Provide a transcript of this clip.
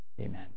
Amen